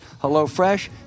HelloFresh